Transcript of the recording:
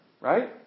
right